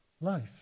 life